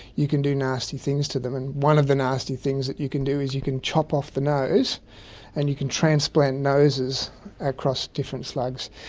you can do nasty things to them, and one of the nasty things that you can do is you can chop off the nose and you can transplant noses across different slugs.